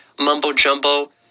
mumbo-jumbo